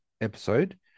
episode